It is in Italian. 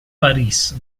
paris